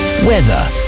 weather